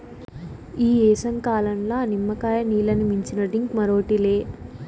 ఈ ఏసంకాలంల నిమ్మకాయ నీల్లని మించిన డ్రింక్ మరోటి లే